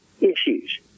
issues